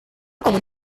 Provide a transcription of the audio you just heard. común